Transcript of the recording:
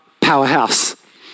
powerhouse